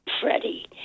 Freddie